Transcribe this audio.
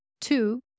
two